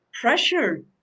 pressure